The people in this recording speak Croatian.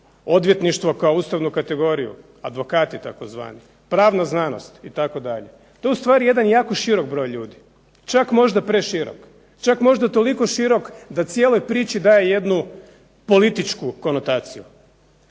odvjetništvo kao ustavnu kategoriju, advokati tzv., pravna znanost itd., tu je jedan jako širok broj ljudi, čak možda preširok, čak možda toliko širok da cijeloj priči daje jednu političku konotaciju.